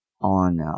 on